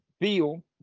feel